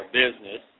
business